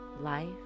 Life